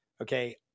Okay